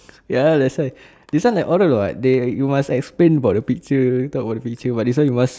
ya that's why this one like order [what] they you must explain about the picture talk about the picture but this one you must